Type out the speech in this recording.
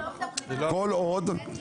לכן,